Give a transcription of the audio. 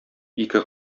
ике